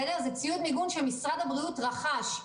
זה ציוד מיגון שמשרד הבריאות רכש,